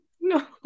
No